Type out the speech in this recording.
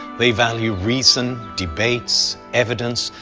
they value reason, debates, evidence,